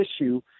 issue